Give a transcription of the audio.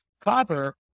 copper